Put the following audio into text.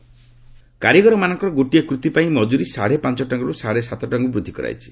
ଗଭ୍ ଖଦି କାରିଗରମାନଙ୍କର ଗୋଟିଏ କୂତି ପାଇଁ ମଜୁରି ସାତେ ପାଞ୍ଚ ଟଙ୍କାରୁ ସାଡ଼େ ସାତ ଟଙ୍କାକୁ ବୃଦ୍ଧି କରାଯାଇଛି